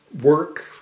work